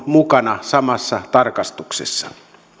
mukana samassa tarkastuksessa